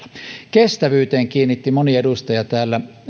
kestävyyteen kiinnitti moni edustaja täällä